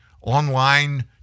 online